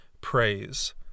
praise